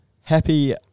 happy